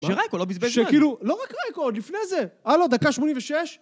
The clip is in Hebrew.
שראיקו לא בזבז זמן. שכאילו, לא רק ראיקו, עוד לפני זה. הלו, דקה 86?